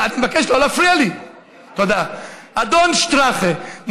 אל תפריעי לי, בבקשה, קסניה.